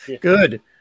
Good